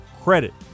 credit